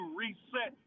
reset